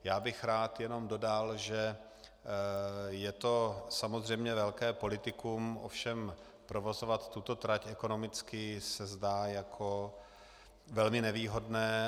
Já bych rád jenom dodal, že je to samozřejmě velké politikum, ovšem provozovat tuto trať se zdá ekonomicky jako velmi nevýhodné.